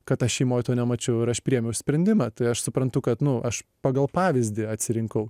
kad aš šeimoj to nemačiau ir aš priėmiau sprendimą tai aš suprantu kad nu aš pagal pavyzdį atsirinkau